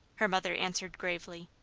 her mother answered, gravely,